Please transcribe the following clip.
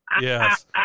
Yes